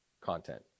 content